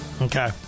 Okay